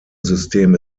system